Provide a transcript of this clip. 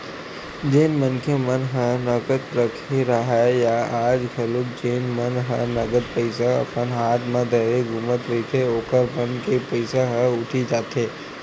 जेन मनखे मन ह नगद रखे राहय या आज घलोक जेन मन ह नगद पइसा अपन हात म धरे घूमत रहिथे ओखर मन के पइसा ह उठी जाथे